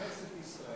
לכנסת ישראל.